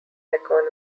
economy